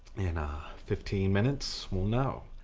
in ah fifteen minutes, we'll know.